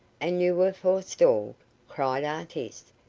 and you were forestalled, cried artis.